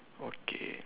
okay